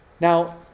Now